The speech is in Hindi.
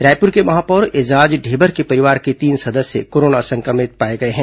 रायपुर के महापौर एजाज ढेबर के परिवार के तीन सदस्य कोरोना सं क्र मित पाए गए हैं